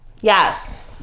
Yes